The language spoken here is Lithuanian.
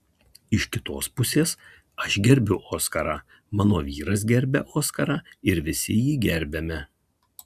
iš kitos pusės aš gerbiu oskarą mano vyras gerbia oskarą ir visi jį gerbiame